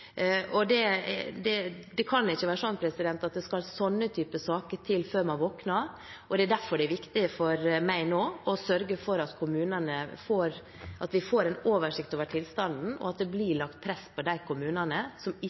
et godt vannforsyningssystem. Det kan ikke være slik at det skal sånne typer saker til før man våkner. Det er derfor det er viktig for meg nå å sørge for at vi får en oversikt over tilstanden, og at det blir lagt press på de kommunene som